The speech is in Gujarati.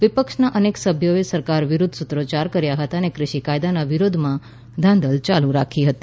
વિપક્ષના અનેક સભ્યોએ સરકાર વિરુદ્ધ સૂત્રોચ્યાર કર્યા હતા અને કૃષિ કાયદાના વિરોધમાં ધાંધલ ચાલુ રાખી હતી